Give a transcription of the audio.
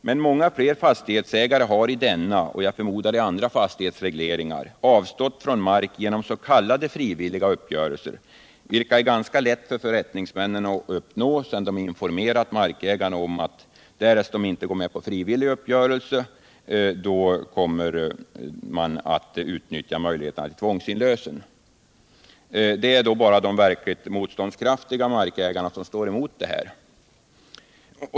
Men fler fastighetsägare har i denna fastighetsreglering - och jag förmodar även i andra regleringar — avstått från mark genom s.k. frivilliga uppgörelser, vilka är ganska lätta för förrättningsmännen att uppnå sedan de informerat markägarna om att därest de inte går med på frivillig uppgörelse kommer man att utnyttja möjligheterna till tvångsinlösen. Det är då bara de verkligt motståndskraftiga markägarna som står emot.